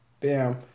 bam